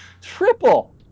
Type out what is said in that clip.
Triple